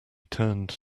turned